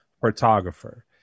Photographer